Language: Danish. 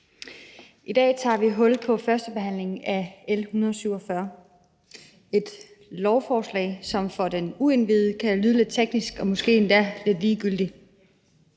I dag tager vi hul på førstebehandlingen af L 147, som er et lovforslag, som for den uindviede kan lyde lidt teknisk og måske endda lidt ligegyldigt.